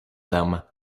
them